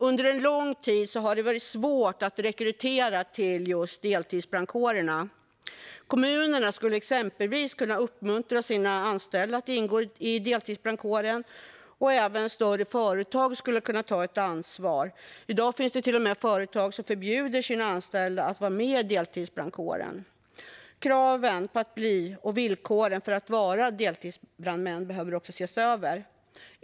Under en lång tid har det varit svårt att rekrytera till just deltidsbrandkårerna. Kommunerna skulle exempelvis kunna uppmuntra sina anställda att ingå i deltidsbrandkåren, och även större företag skulle kunna ta ett ansvar. I dag finns det till och med företag som förbjuder sina anställda att vara med i deltidsbrandkåren. Kraven för att bli och villkoren för att vara deltidsbrandman behöver också ses över.